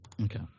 Okay